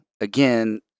again